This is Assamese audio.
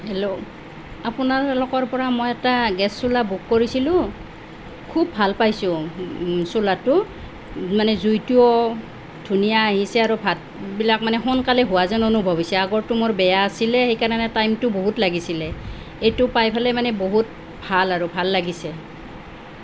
হেল্ল' আপোনালোকৰ পৰা মই এটা গেছ চুলা বুক কৰিছিলোঁ খুব ভাল পাইছোঁ চুলাটো মানে জুইটোও ধুনীয়া আহিছে আৰু ভাতবিলাক মানে সোনকালে হোৱা যেন অনুভৱ হৈছে আগৰটো মোৰ বেয়া আছিলে সেইকাৰণে টাইমটো বহুত লাগিছিলে এইটো পাই পেলাই মানে বহুত ভাল আৰু ভাল লাগিছে